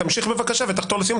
תמשיך בבקשה ותחתור לסיום.